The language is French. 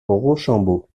rochambeau